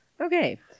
Okay